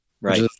right